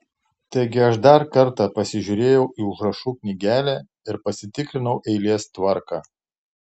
taigi aš dar kartą pasižiūrėjau į užrašų knygelę ir pasitikrinau eilės tvarką